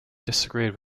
disagreed